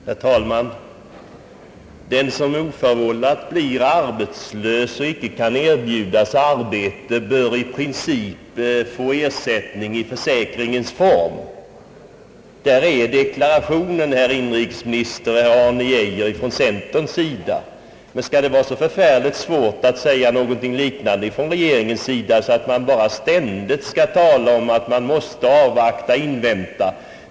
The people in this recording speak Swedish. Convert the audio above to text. Herr talman! Den som oförvållat blir arbetslös och inte kan erbjudas arbete, bör i princip få ersättning i försäkringens form. Där, herrar inrikesminister och Arne Geijer, är deklarationen ifrån centerns sida, men det tycks vara svårt att säga något liknande från regeringens sida. Där talar man ständigt om att man måste avvakta och invänta.